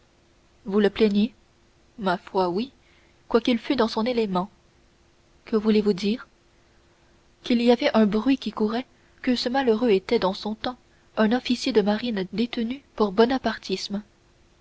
vous le plaignez ma foi oui quoiqu'il fût dans son élément que voulez-vous dire qu'il y avait un bruit qui courait que ce malheureux était dans son temps un officier de marine détenu pour bonapartisme